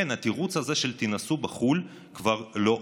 אין, התירוץ הזה של "תינשאו בחו"ל" כבר לא עובד.